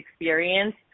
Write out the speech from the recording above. experience